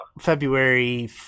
February